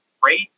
great